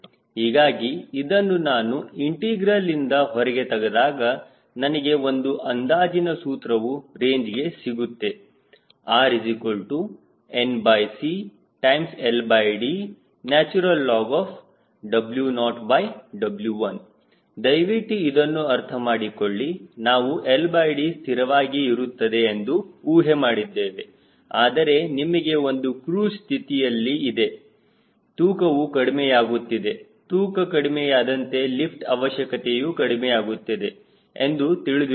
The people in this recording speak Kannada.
ಹೀಗಾಗಿ ಇದನ್ನು ನಾನು ಇಂಟಿಗ್ರಲ್ಇಂದ ಹೊರಗೆ ತೆಗೆದಾಗ ನನಗೆ ಒಂದು ಅಂದಾಜಿನ ಸೂತ್ರವು ರೇಂಜ್ಗೆ ಸಿಗುತ್ತೆ RCLDlnW0W1 ದಯವಿಟ್ಟು ಇದನ್ನು ಅರ್ಥ ಮಾಡಿಕೊಳ್ಳಿ ನಾವು LD ಸ್ಥಿರವಾಗಿ ಇರುತ್ತದೆ ಎಂದು ಊಹೆ ಮಾಡಿದ್ದೇವೆ ಆದರೆ ನಿಮಗೆ ಇದು ಕ್ರೂಜ್ ಸ್ಥಿತಿಯಲ್ಲಿ ಇದೆ ತೂಕವು ಕಡಿಮೆಯಾಗುತ್ತಿದೆ ತೂಕ ಕಡಿಮೆಯಾದಂತೆ ಲಿಫ್ಟ್ ಅವಶ್ಯಕತೆಯು ಕಡಿಮೆಯಾಗುತ್ತದೆ ಎಂದು ತಿಳಿದಿರುತ್ತದೆ